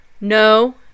No